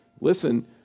listen